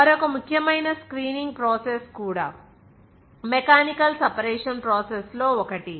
మరొక ముఖ్యమైన screening process కూడా మెకానికల్ సెపరేషన్ ప్రాసెస్ లో ఒకటి